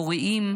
עוריים,